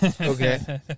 Okay